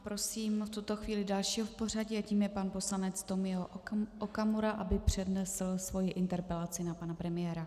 Prosím v tuto chvíli dalšího v pořadí a tím je pan poslanec Tomio Okamura, aby přednesl svoji interpelaci na pana premiéra.